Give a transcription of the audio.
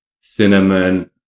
cinnamon